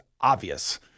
obvious